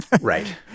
right